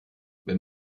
wenn